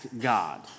God